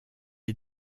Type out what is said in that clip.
est